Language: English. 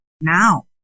now